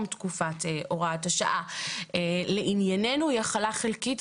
תקופת הוראת השעה לענייננו היא החלה חלקית,